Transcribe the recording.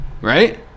right